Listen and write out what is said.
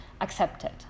accepted